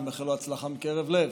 אני מאחל לו הצלחה מקרב לב,